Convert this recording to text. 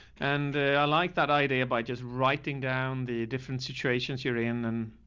and i liked that idea by just writing down the different situations you're in and.